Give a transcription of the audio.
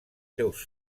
seus